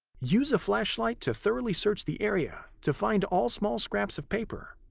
use a flashlight to thoroughly search the area to find all small scraps of paper.